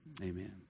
Amen